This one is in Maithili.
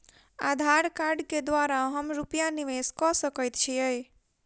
आधार कार्ड केँ द्वारा हम रूपया निवेश कऽ सकैत छीयै?